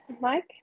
mike